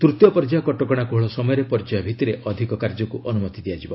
ତୃତୀୟ ପର୍ଯ୍ୟାୟ କଟକଣା କୋହଳ ସମୟରେ ପର୍ଯ୍ୟାୟ ଭିଭିରେ ଅଧିକ କାର୍ଯ୍ୟକୁ ଅନୁମତି ଦିଆଯିବ